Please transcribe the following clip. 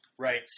Right